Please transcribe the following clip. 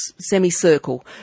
semicircle